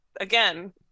Again